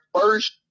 first